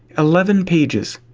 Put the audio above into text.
eleven pages.